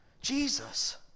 Jesus